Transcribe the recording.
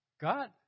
God